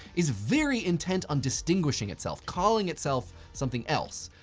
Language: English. is very intent on distinguishing itself, calling itself something else.